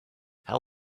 how